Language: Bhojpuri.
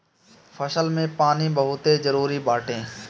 फसल में पानी बहुते जरुरी बाटे